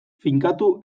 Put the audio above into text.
finkatu